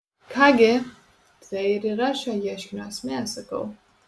ką gi tai ir yra šio ieškinio esmė sakau